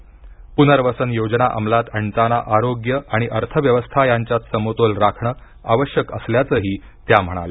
प्नर्वसन योजना अमलात आणताना आरोग्य आणि अर्थव्यवस्था यांच्यात समतोल राखणं आवश्यक असल्याचंही त्या म्हणाल्या